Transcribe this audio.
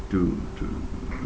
to to